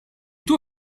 tuo